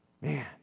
Man